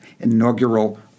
inaugural